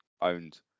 owned